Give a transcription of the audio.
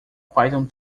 python